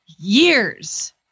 years